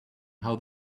how